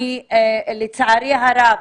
לצערי הרב,